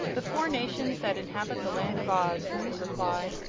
the four nations that inhabit the land of oz, was the reply.